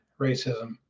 racism